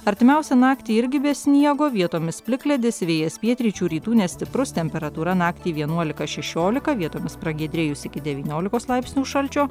artimiausią naktį irgi be sniego vietomis plikledis vėjas pietryčių rytų nestiprus temperatūra naktį vienuolika šešiolika vietomis pragiedrėjus iki devyniolikos laipsnių šalčio